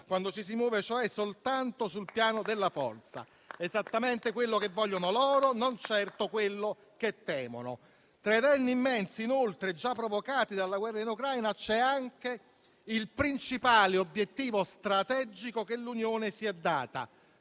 quando ci si muove cioè soltanto sul piano della forza. È esattamente quello che vogliono loro, non certo quello che temono. Inoltre, tra i danni immensi già provocati dalla guerra in Ucraina c'è anche quello sul principale obiettivo strategico che l'Unione si è data,